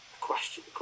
question